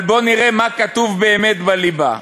אבל בואו נראה מה כתוב באמת בליבה: